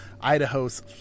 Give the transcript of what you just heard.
idaho's